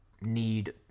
Need